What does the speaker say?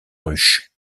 ruche